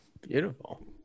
beautiful